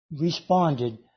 responded